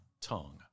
tongue